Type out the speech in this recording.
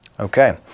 Okay